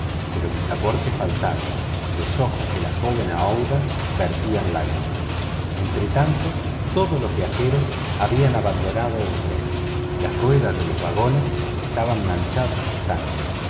pero picaporte faltaba y los ojos de la joven aouida vertían lágrimas entretanto todos los viajeros habían abandonado el tren las ruedas de los vagones estaban manchadas de sangre